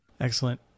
Excellent